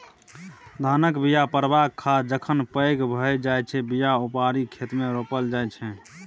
धानक बीया पारबक बाद जखन पैघ भए जाइ छै बीया उपारि खेतमे रोपल जाइ छै